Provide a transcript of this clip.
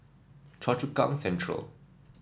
Choa Chu Kang Central